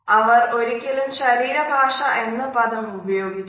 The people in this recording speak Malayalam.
അവർ ഒരിക്കലും ശരീര ഭാഷ എന്ന പദം ഉപയോഗിച്ചില്ല